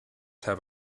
have